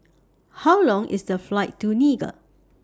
How Long IS The Flight to Niger